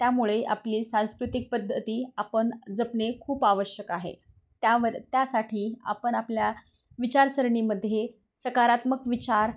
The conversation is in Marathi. त्यामुळे आपली सांस्कृतिक पद्धती आपण जपणे खूप आवश्यक आहे त्यावर त्यासाठी आपण आपल्या विचारसरणीमध्ये सकारात्मक विचार